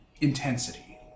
intensity